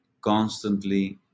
constantly